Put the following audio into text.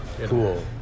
Cool